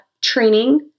training